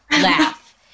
laugh